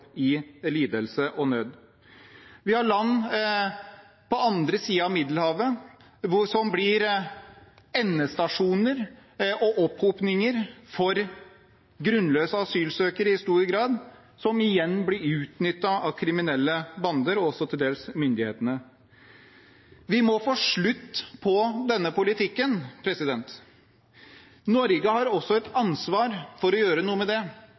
i lidelse og nød. Vi har land på andre siden av Middelhavet som i stor grad blir endestasjoner for og opphopninger av grunnløse asylsøkere, som igjen blir utnyttet av kriminelle bander, og også til dels myndighetene. Vi må få slutt på denne politikken. Norge har også et ansvar for å gjøre noe med det.